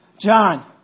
John